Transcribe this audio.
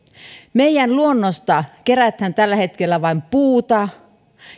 aineita meidän luonnostamme kerätään tällä hetkellä vain puuta